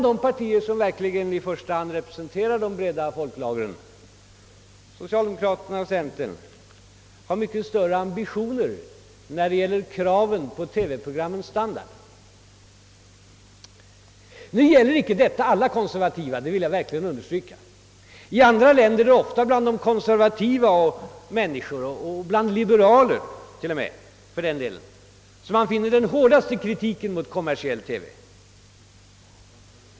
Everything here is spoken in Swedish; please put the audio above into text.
De partier som verkligen i första hand representerar de breda folklagren — socialdemokraterna och centern — har mycket större ambitioner när det gäller kraven på TV-programmens standard. Nu gäller detta inte alla konservativa, det vill jag verkligen understryka. I andra länder är det ofta från konservativa och till och med liberaler som man hör den hårdaste kritiken mot kommersiell TV.